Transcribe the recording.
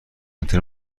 ترم